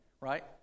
right